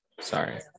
sorry